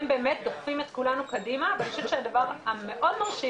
הם מאוד דוחפים את כולנו קדימה ואני חושבת שהדבר המאוד מרשים